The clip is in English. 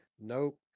Nope